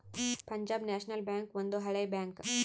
Punjab national bank ಒಂದು ಹಳೆ bank